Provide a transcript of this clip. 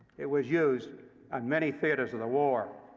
it was used on many theaters of the war.